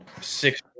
six